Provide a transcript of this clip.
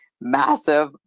massive